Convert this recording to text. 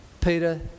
peter